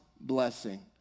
blessing